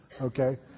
okay